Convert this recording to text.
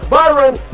Byron